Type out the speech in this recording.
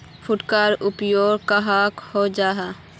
फुटकर व्यापार कहाक को जाहा?